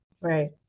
Right